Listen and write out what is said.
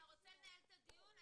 אתה רוצה לנהל את הדיון?